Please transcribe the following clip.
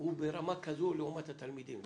הוא ברמה כזו לעומת התלמידים,